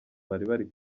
bari